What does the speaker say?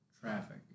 Traffic